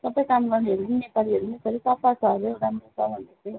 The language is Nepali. सबै कामगर्नेहरू नि नेपालीहरू नै छ अरे सफ्फा छ अरे हौ राम्रो छ भन्दैथियो